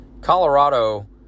Colorado